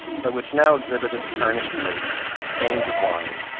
but which now exhibited tarnished lace, stains of wine,